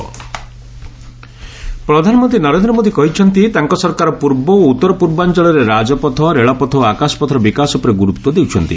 PM Odisha Jharkhand ପ୍ରଧାନମନ୍ତ୍ରୀ ନରେନ୍ଦ୍ର ମୋଦି କହିଛନ୍ତି ତାଙ୍କ ସରକାର ପୂର୍ବ ଓ ଉତ୍ତର ପୂର୍ବାଞ୍ଚଳରେ ରାଜପଥ ରେଳପଥ ଓ ଆକାଶପଥର ବିକାଶ ଉପରେ ଗୁରୁତ୍ୱ ଦେଉଛନ୍ତି